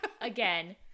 again